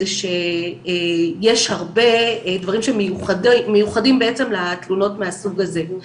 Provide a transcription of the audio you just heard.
זה שיש הרבה דברים שמיוחדים בעצם לתלונות מהסוג הזה.